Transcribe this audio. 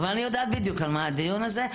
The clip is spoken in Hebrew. אבל אני יודעת בדיוק על מה הדיון הזה.